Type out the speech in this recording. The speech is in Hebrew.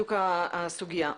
בדיוק הסוגיה.